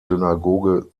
synagoge